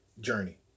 journey